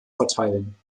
verteilen